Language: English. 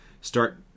start